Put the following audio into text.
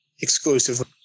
exclusively